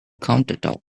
countertop